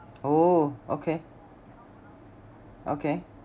oh okay okay